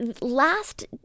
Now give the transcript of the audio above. last